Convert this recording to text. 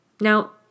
Now